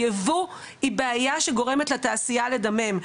הייבוא הוא בעיה שגורמת לתעשייה לדמם,